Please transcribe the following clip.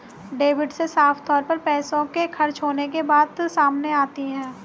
debit से साफ तौर पर पैसों के खर्च होने के बात सामने आती है